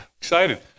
Excited